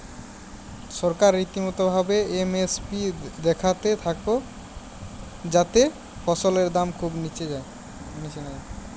সরকার রীতিমতো ভাবে এম.এস.পি দ্যাখতে থাক্যে যাতে ফসলের দাম খুব নিচে না যায়